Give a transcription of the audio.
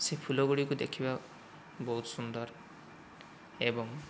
ସେ ଫୁଲ ଗୁଡ଼ିକ ଦେଖିବାକୁ ବହୁତ ସୁନ୍ଦର ଏବଂ